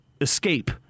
escape